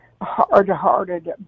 hard-hearted